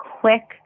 quick